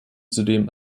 zudem